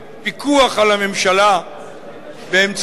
שפיקוח על הממשלה באמצעות